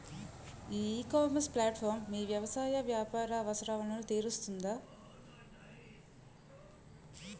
ఈ ecommerce platform మీ వ్యవసాయ వ్యాపార అవసరాలను తీరుస్తుందా?